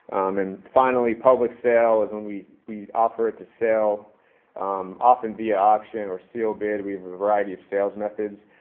and finally, public sale is when we we offer it to sell often via auction or sealed bid. we have a variety of sales methods.